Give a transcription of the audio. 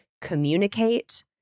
communicate